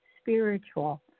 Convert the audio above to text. spiritual